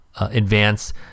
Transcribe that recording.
advance